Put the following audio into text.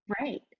Right